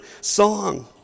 song